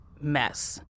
mess